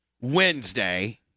Wednesday